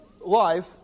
life